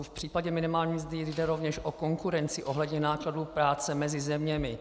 V případě minimální mzdy jde rovněž o konkurenci ohledně nákladů práce mezi zeměmi.